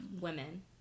women